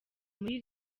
muri